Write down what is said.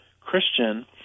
Christian